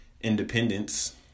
independence